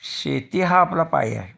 शेती हा आपला पाया आहे